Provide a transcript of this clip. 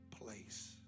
place